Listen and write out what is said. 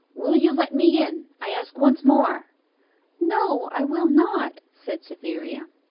will you let me in, i ask once more no i will not said cytherea.